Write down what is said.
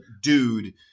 dude